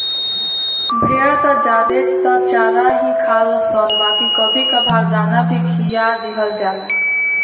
भेड़ ज्यादे त चारा ही खालनशन बाकी कभी कभार दाना भी खिया दिहल जाला